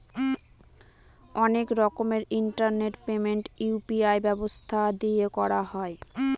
অনেক রকমের internet payment UPI ব্যবস্থা দিয়ে করা হয়